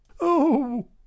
Oh